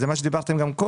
זה מה שדיברתם גם קודם.